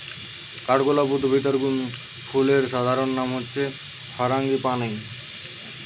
কাঠগোলাপ উদ্ভিদ আর ফুলের সাধারণ নাম হচ্ছে ফারাঙ্গিপানি